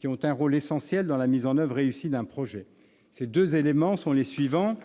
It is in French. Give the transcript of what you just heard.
qui ont un rôle essentiel dans la mise en oeuvre réussie d'un projet. Ces deux éléments sont les suivants :